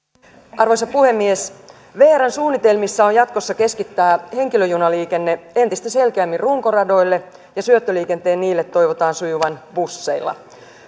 arvoisa puhemies vrn suunnitelmissa on jatkossa keskittää henkilöjunaliikenne entistä selkeämmin runkoradoille ja syöttöliikenteen niille toivotaan sujuvan busseilla